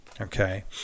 Okay